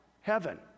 heaven